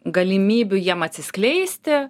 galimybių jiem atsiskleisti